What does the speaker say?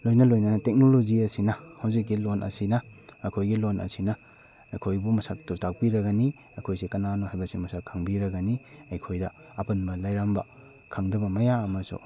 ꯂꯣꯏꯅ ꯂꯣꯏꯅꯅ ꯇꯦꯛꯅꯣꯂꯣꯖꯤ ꯑꯁꯤꯅ ꯍꯧꯖꯤꯛꯀꯤ ꯂꯣꯟ ꯑꯁꯤꯅ ꯑꯩꯈꯣꯏꯒꯤ ꯂꯣꯟ ꯑꯁꯤꯅ ꯑꯩꯈꯣꯏꯕꯨ ꯃꯁꯛꯇꯨ ꯇꯥꯛꯄꯤꯔꯒꯅꯤ ꯑꯩꯈꯣꯏꯁꯤ ꯀꯅꯥꯅꯣ ꯍꯥꯏꯕꯁꯤ ꯃꯁꯛ ꯈꯪꯕꯤꯔꯒꯅꯤ ꯑꯩꯈꯣꯏꯗ ꯑꯄꯟꯕ ꯂꯩꯔꯝꯕ ꯈꯪꯗꯕ ꯃꯌꯥꯝ ꯑꯃꯁꯨ